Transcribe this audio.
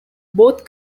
both